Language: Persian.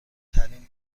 ترین